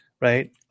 right